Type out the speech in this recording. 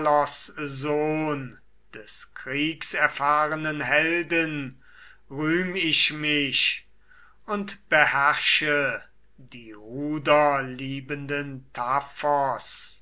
sohn des kriegserfahrenen helden rühm ich mich und beherrsche die ruderliebende